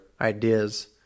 ideas